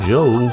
Joe